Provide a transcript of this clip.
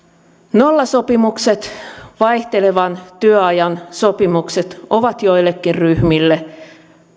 nollasopimukset vaihtelevan työajan sopimukset ovat joillekin ryhmille